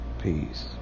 Peace